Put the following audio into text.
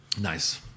Nice